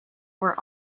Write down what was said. were